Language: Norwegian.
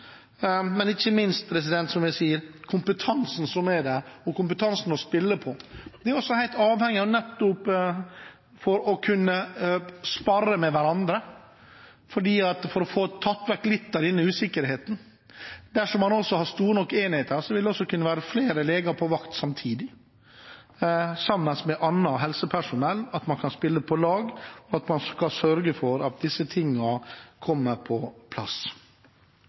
men ikke minst – som jeg sa – for å sikre kompetansen og ha mer kompetanse å spille på. Den er man også helt avhengig av for å kunne sparre med hverandre og få vekk litt av usikkerheten. Dersom man har store nok enheter, vil det også kunne være flere leger på vakt samtidig, sammen med annet helsepersonell, slik at man kan spille på lag og sørge for at disse tingene kommer på plass.